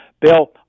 Bill